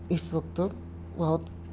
اس وقت بہت